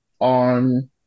on